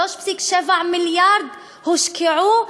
3.7 מיליארד הושקעו